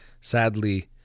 sadly